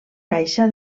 caixa